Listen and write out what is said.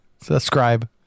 Subscribe